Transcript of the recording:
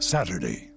Saturday